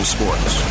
Sports